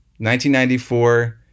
1994